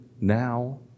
now